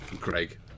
Craig